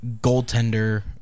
goaltender